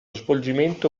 svolgimento